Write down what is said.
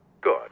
Good